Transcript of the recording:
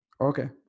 okay